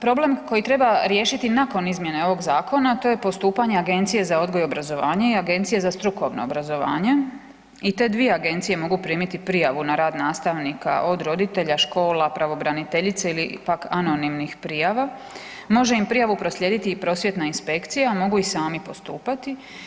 Problem koji treba riješiti nakon izmjene ovog zakona to je postupanje Agencije za odgoj i obrazovanje i Agencije za strukovno obrazovanje i te dvije agencije mogu primiti prijavu na rad nastavnika od roditelja, škola, pravobraniteljice ili pak anonimnih prijava, može im prijavu proslijediti i prosvjetna inspekcija, a mogu i sami postupati.